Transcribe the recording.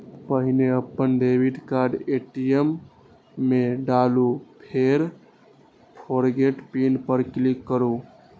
पहिने अपन debit card ATM मे डालू, फेर फोरगेट पिन पर क्लिक करू